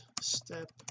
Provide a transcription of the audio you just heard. step